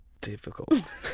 Difficult